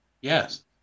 Yes